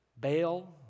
Bail